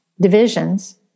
divisions